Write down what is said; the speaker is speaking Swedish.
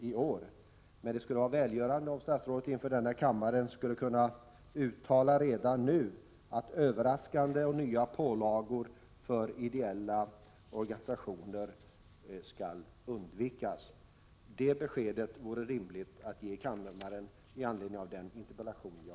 Är regeringen beredd att redovisa den totala kostnad denna höjning av teletaxan innebär för det samlade Folkrörelsesverige? 3. Avser regeringen att kompensera folkrörelserna för denna nya pålaga?